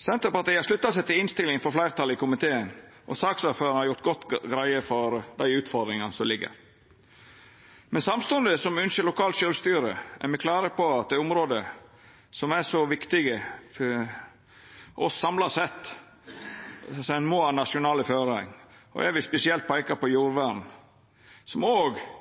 Senterpartiet sluttar seg til innstillinga frå fleirtalet i komiteen, og saksordføraren har gjort godt greie for dei utfordringane som finst. Men samstundes som me ønskjer lokalt sjølvstyre, er me klare på at det er område som samla sett er så viktige for oss at ein må ha nasjonale føringar. Eg vil spesielt peika på jordvern, som